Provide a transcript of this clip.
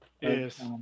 Yes